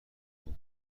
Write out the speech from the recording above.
بود